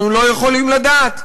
אנחנו לא יכולים לדעת,